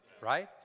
right